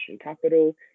capital